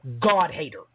God-hater